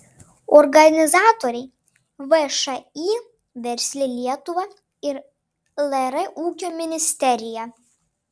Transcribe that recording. organizatoriai všį versli lietuva ir lr ūkio ministerija